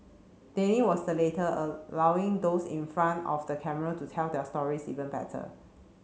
Danny was the latter allowing those in front of the camera to tell their stories even better